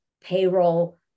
payroll